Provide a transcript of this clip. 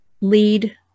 lead